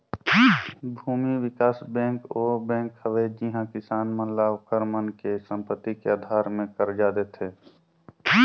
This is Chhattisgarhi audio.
भूमि बिकास बेंक ओ बेंक हवे जिहां किसान मन ल ओखर मन के संपति के आधार मे करजा देथे